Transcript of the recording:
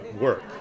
work